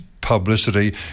publicity